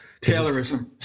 Taylorism